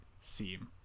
seem